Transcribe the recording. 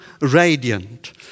radiant